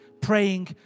Praying